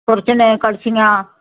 ਖੁਰਚਣੇ ਕੜਛੀਆਂ